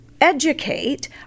educate